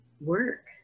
work